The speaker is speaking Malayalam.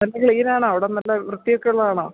നല്ല ക്ലീനാണോ അവിടം നല്ല വൃത്തിയൊക്കെ ഉള്ളതാണോ